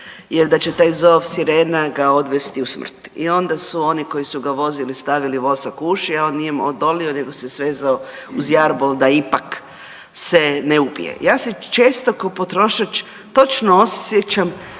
jer da će taj zov sirena ga odvesti u smrt. I onda su oni koji su ga vozili stavili vosak u uši, a on nije im odolio nego se svezao uz jarbol da ipak se ne ubije. Ja se često kao potrošač točno osjećam